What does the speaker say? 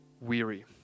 weary